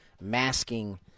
masking